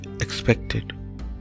expected